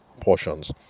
portions